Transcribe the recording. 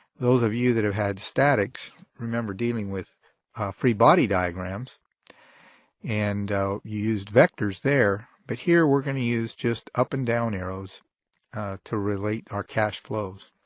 those of you that have had statics remember dealing with free body diagrams and you used vectors there. but here we're going to use just up and down arrows to relate our cash flows.